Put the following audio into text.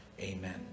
amen